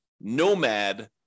nomad